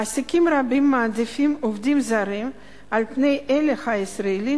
מעסיקים רבים מעדיפים עובדים זרים על פני אלה הישראלים,